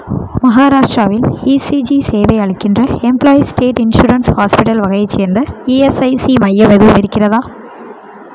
மகாராஷ்டிராவில் இசிஜி சேவை அளிக்கின்ற எம்ப்ளாயீஸ் ஸ்டேட் இன்சூரன்ஸ் ஹாஸ்பிட்டல் வகையை சேர்ந்த இஎஸ்ஐசி மையம் எதுவும் இருக்கிறதா